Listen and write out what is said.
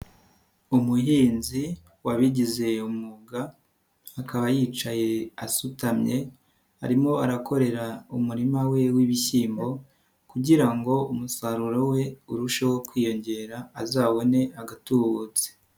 Umuhinzi wabigize umwuga akaba yicaye asutamye, arimo arakorera umurima we w'ibishyimbo kugira ngo umusaruro we urusheho kwiyongera azabone agatubutse.